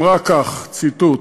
אמרה כך, ציטוט: